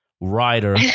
Writer